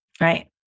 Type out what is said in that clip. right